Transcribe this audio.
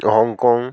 Hong Kong